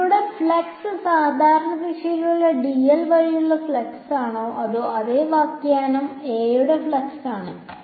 അതിലൂടെയുള്ള ഫ്ലക്സ് സാധാരണ ദിശയിലുള്ള dl വഴിയുള്ള ഫ്ലക്സ് ആണോ ഇവിടെ അതേ വ്യാഖ്യാനം A യുടെ ഫ്ലക്സ് ആണ്